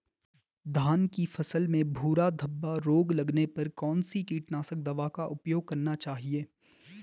धान की फसल में भूरा धब्बा रोग लगने पर कौन सी कीटनाशक दवा का उपयोग करना चाहिए?